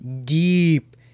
deep